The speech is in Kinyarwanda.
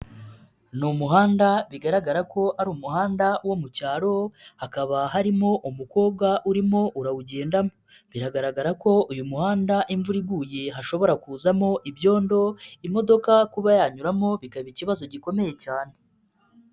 Ni umuhanda bigaragara ko ari umuhanda wo mu cyaro hakaba harimo umukobwa urimo urawugendamo, biragaragara ko uyu muhanda imvura iguye hashobora kuzamo ibyondo imodoka kuba yanyuramo bikaba ikibazo gikomeye cyane.